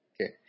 okay